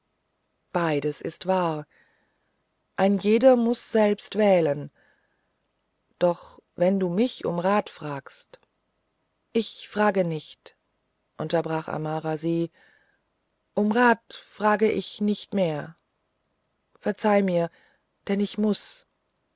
beides ist wahr ein jeder muß selbst wählen doch wenn du mich um rat fragst ich frage nicht unterbrach amara sie um rat frage ich nicht mehr verzeihe mir denn ich muß